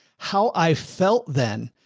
how i felt then,